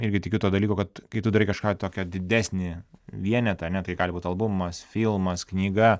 irgi tikiu tuo dalyku kad kai tu darai kažką tokio didesnį vienetą ane tai gali būt albumas filmas knyga